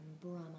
Brahma